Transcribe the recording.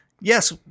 yes